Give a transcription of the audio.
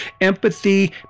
Empathy